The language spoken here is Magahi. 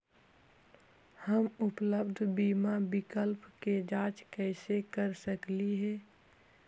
हम उपलब्ध बीमा विकल्प के जांच कैसे कर सकली हे?